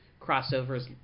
crossovers